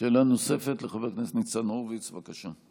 שאלה נוספת, לחבר הכנסת ניצן הורוביץ, בבקשה.